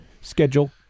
schedule